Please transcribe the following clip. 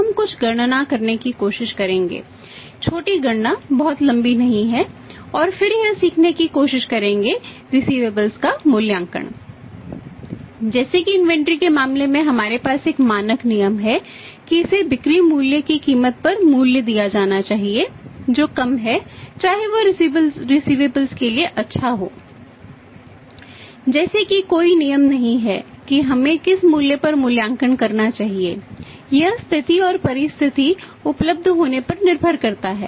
जैसे कि कोई नियम नहीं है कि हमें किस मूल्य पर मूल्यांकन करना चाहिए यह स्थिति और परिस्थिति उपलब्ध होने पर निर्भर करता है